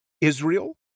Israel